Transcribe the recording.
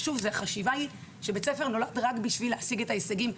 החשיבה היא שבית הספר נולד רק בשביל להשיג את ההישגים,